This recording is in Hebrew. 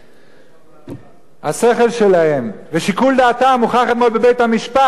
השכל שלהם ושיקול דעתם הוכח אתמול בבית-המשפט,